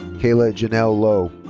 kayla jenell lowe.